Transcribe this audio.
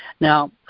Now